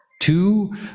two